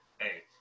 hey